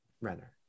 Renner